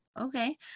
okay